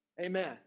Amen